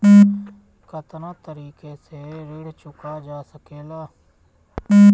कातना तरीके से ऋण चुका जा सेकला?